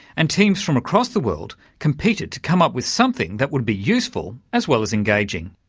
and teams from across the world competed to come up with something that would be useful as well as engaging.